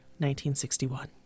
1961